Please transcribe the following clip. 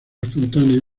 espontánea